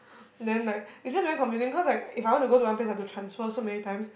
then like it's just very confusing cause like if I want to go to one place I have to transfer so many times